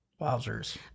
Wowzers